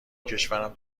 کشورم